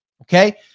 okay